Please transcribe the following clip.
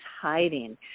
hiding